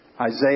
Isaiah